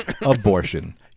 Abortion